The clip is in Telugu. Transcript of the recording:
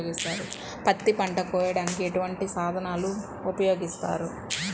పత్తి పంటను కోయటానికి ఎటువంటి సాధనలు ఉపయోగిస్తారు?